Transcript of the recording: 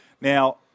Now